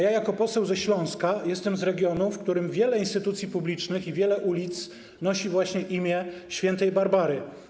Jako poseł ze Śląska jestem z regionu, w którym wiele instytucji publicznych i wiele ulic nosi imię właśnie św. Barbary.